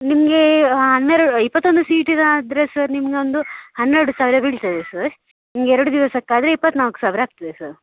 ನಿಮಗೆ ಹನ್ನೆರು ಇಪ್ಪತ್ತೊಂದು ಸೀಟಿದ್ದಾದ್ರೆ ಸರ್ ನಿಮಗೊಂದು ಹನ್ನೆರಡು ಸಾವಿರ ಬೀಳ್ತದೆ ಸರ್ ನಿಮಗೆ ಎರಡು ದಿವಸಕ್ಕಾದರೆ ಇಪ್ಪತ್ತ್ನಾಲ್ಕು ಸಾವಿರ ಆಗ್ತದೆ ಸರ್